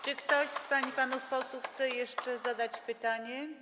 Czy ktoś z pań i panów posłów chce jeszcze zadać pytanie?